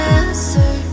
answer